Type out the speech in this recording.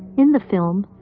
in the film,